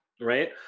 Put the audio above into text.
right